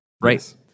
Right